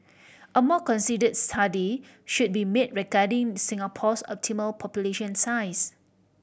a more consider study should be made regarding Singapore's optimal population size